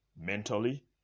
mentally